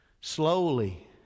slowly